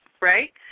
right